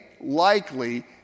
likely